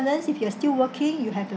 if you're still working you have the